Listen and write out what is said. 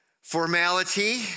formality